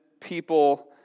people